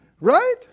right